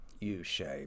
U-shape